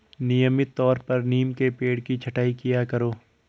नियमित तौर पर नीम के पेड़ की छटाई किया करो